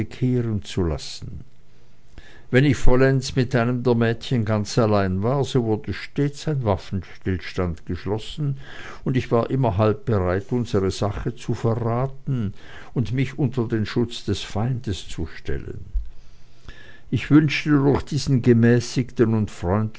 zu lassen wenn ich vollends mit einem der mädchen ganz allein war so wurde stets ein waffenstillstand geschlossen und ich war immer halb bereit unsere sache zu verraten und mich unter den schutz des feindes zu stellen ich wünschte durch diesen gemäßigten